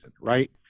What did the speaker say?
right